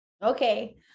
Okay